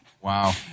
Wow